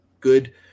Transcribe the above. good